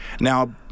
Now